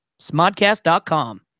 smodcast.com